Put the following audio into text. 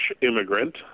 immigrant